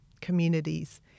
communities